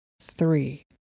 three